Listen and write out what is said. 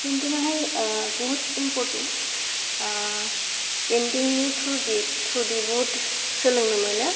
पेइन्टिंआहाय बहुद इम्परटेन्ट पेइन्टिंनि ट्रुजि टुदिबुद सोलोंनो मोनो